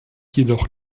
jedoch